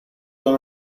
τον